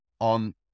on